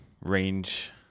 range